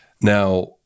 Now